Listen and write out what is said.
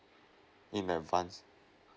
in advance